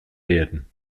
werden